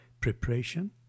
preparation